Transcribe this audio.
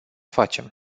facem